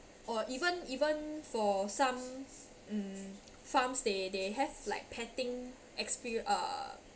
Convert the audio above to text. or even even for some mm farms they they have like petting exper~ uh